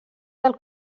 del